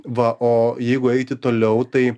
va o jeigu eiti toliau tai